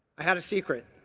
i had a secret.